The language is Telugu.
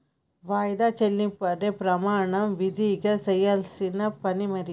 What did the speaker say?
వాయిదా చెల్లింపు అనే ప్రమాణం విదిగా చెయ్యాల్సిన పని మరి